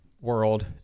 world